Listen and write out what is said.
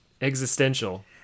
existential